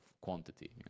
quantity